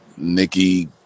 Nikki